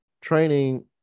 training